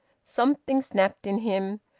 something snapped in him.